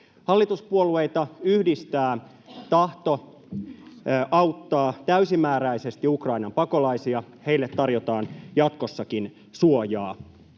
Hallituspuolueita yhdistää tahto auttaa täysimääräisesti Ukrainan pakolaisia, heille tarjotaan jatkossakin suojaa.